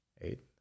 Eight